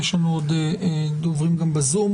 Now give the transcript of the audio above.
יש לנו עוד דוברים בזום.